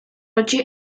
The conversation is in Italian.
oggi